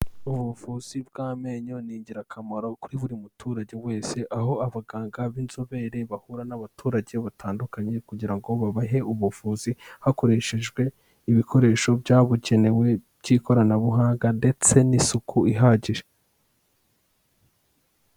Ubuvuzi bw'amenyo ni ingirakamaro kuri buri muturage wese, aho abaganga b'inzobere bahura n'abaturage batandukanye kugira ngo babahe ubuvuzi hakoreshejwe ibikoresho byabugenewe by'ikoranabuhanga ndetse n'isuku ihagije.